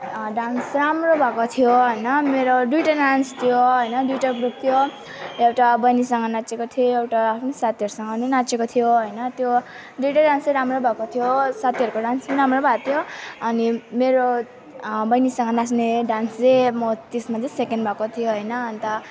dance राम्रो भएको थियो हैन मेरो दुईटा डान्स थियो हैन दुईटा ग्रुप थियो एउटा बहिनीसँग नाचेको थियो एउटा आफ्नो साथीहरूसँग नि नाचेको थियो हैन त्यो दुईटै डान्स चाहिँ राम्रो भएको थियो साथीहरूको डान्स पनि राम्रो भएको थियो अनि मेरो बहिनीसँग नाच्ने डान्स जे म त्यसमा चाहिँ सेकेन्ड भएको थियो हैन अनि त